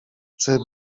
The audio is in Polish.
czy